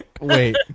Wait